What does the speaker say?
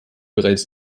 bereits